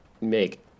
make